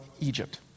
Egypt